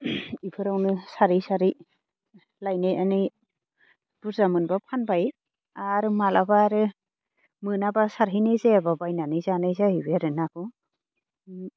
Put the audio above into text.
बेफोरावनो सारै सारै लायनानै बुरजा मोनबा फानबाय आरो माब्लाबा आरो मोनाबा सारहैनाय जायाबा बायनानै जानाय जाहैबाय आरो नाखौ